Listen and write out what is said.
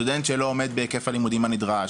סטודנט שלא עומד בהיקף הלימודים הנדרש,